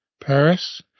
Paris